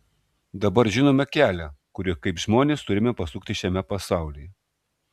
dabar žinome kelią kuriuo kaip žmonės turime pasukti šiame pasaulyje